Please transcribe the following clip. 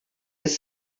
his